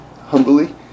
humbly